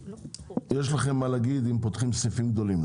יש לכם מה להגיד אם פותחים סניפים גדולים,